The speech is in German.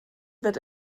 wird